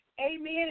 Amen